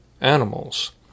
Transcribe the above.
animals